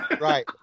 right